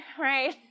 right